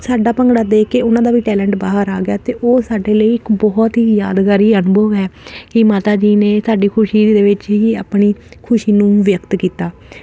ਸਾਡਾ ਭੰਗੜਾ ਦੇਖ ਕੇ ਉਹਨਾਂ ਦਾ ਵੀ ਟੈਲੈਂਟ ਬਾਹਰ ਆ ਗਿਆ ਅਤੇ ਉਹ ਸਾਡੇ ਲਈ ਇਕ ਬਹੁਤ ਹੀ ਯਾਦਗਾਰੀ ਅਨੁਭਵ ਹੈ ਕਿ ਮਾਤਾ ਜੀ ਨੇ ਸਾਡੀ ਖੁਸ਼ੀ ਦੇ ਵਿੱਚ ਹੀ ਆਪਣੀ ਖੁਸ਼ੀ ਨੂੰ ਵਿਅਕਤ ਕੀਤਾ